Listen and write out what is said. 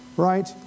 right